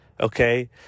okay